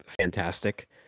fantastic